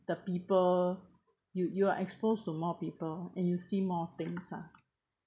the people you you are exposed to more people and you see more things lah